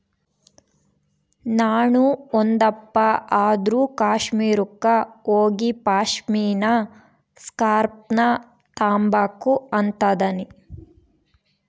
ನಾಣು ಒಂದಪ್ಪ ಆದ್ರೂ ಕಾಶ್ಮೀರುಕ್ಕ ಹೋಗಿಪಾಶ್ಮಿನಾ ಸ್ಕಾರ್ಪ್ನ ತಾಂಬಕು ಅಂತದನಿ